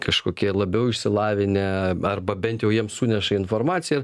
kažkokie labiau išsilavinę arba bent jau jiem suneša informaciją